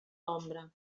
ombra